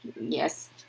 Yes